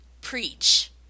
preach